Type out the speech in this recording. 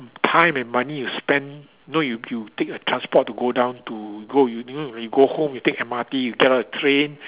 time and money you spent you know you you take a transport to go down to go even when you go home you take M_R_T you get out the train